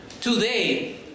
Today